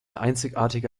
einzigartige